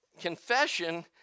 confession